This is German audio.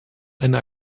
eine